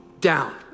down